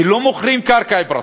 כי לא מוכרים קרקע פרטית.